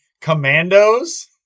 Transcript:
commandos